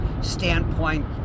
standpoint